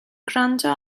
gwrando